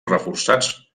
reforçats